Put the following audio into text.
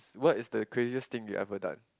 what is the craziest thing you ever done